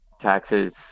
taxes